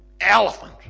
elephant